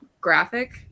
graphic